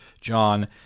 John